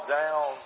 down